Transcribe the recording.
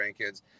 grandkids